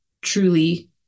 truly